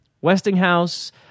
Westinghouse